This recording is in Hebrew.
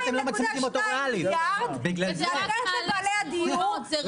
2.2 מיליארד שקל הולכים לבעלי הדירות,